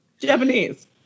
Japanese